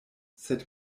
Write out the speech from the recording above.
sed